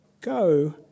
Go